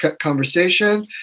conversation